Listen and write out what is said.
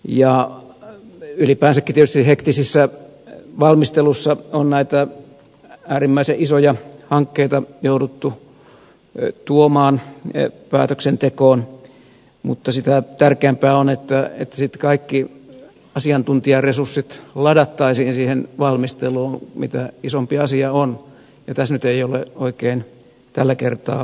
ylipäänsäkin tietysti hektisessä valmistelussa on näitä äärimmäisen isoja hankkeita jouduttu tuomaan päätöksentekoon mutta sitä tärkeämpää on että sitten kaikki asiantuntijaresurssit ladattaisiin siihen valmisteluun mitä isompi asia on ja tässä nyt ei ole oikein tällä kertaa onnistuttu